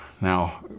Now